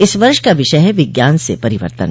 इस वर्ष का विषय है विज्ञान से परिवर्तन